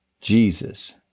Jesus